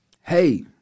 hey